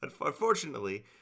Unfortunately